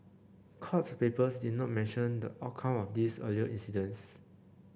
court papers did not mention the outcome of these earlier incidents